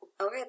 Okay